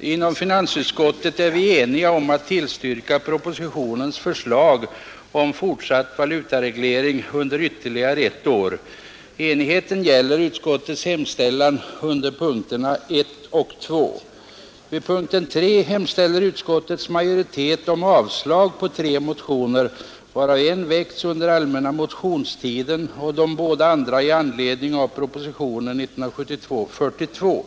Inom finansutskottet är vi eniga om att tillstyrka propositionens förslag om fortsatt valutareglering under ytterligare ett år. Enigheten gäller utskottets hemställan under punkterna 1 och 2. I punkten 3 hemställer utskottets majoritet om avslag på tre motioner, varav en väckts under den allmänna motionstiden och de båda andra i anledning av propositionen 42.